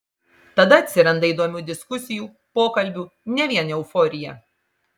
tada atsiranda įdomių diskusijų pokalbių ne vien euforija